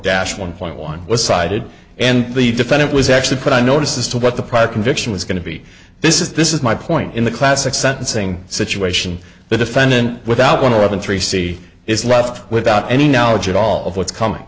dash one point one was cited and the defendant was actually put on notice as to what the prior conviction was going to be this is this is my point in the classic sentencing situation the defendant without one of the three c is left without any knowledge at all of what's coming